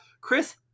chris